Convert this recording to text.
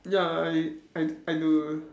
ya I I I do